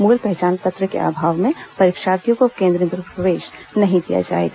मूल पहचान पत्र के अभाव में परीक्षार्थियों को केन्द्र में प्रवेश नहीं दिया जाएगा